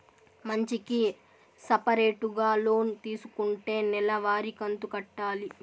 మంచికి సపరేటుగా లోన్ తీసుకుంటే నెల వారి కంతు కట్టాలి